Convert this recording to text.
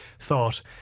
thought